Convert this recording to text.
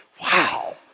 wow